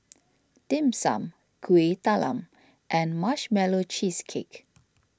Dim Sum Kueh Talam and Marshmallow Cheesecake